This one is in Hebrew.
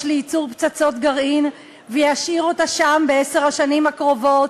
לייצור פצצות גרעין וישאיר אותה שם בעשר השנים הקרובות,